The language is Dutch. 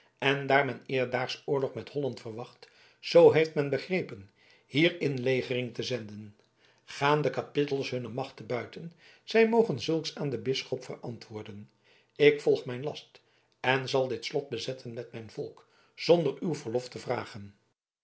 en daar men eerstdaags oorlog met holland verwacht zoo heeft men begrepen hier inlegering te zenden gaan de kapittels hunne macht te buiten zij mogen zulks aan den bisschop verantwoorden ik volg mijn last en zal dit slot bezetten met mijn volk zonder uw verlof te vragen